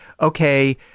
okay